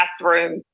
classroom